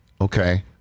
Okay